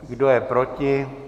Kdo je proti?